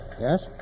Yes